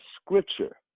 scripture